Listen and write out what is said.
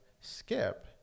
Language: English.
Skip